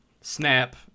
snap